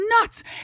nuts